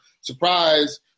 surprise